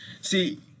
See